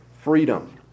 freedom